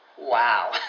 Wow